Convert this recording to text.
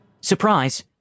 Surprise